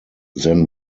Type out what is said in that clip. then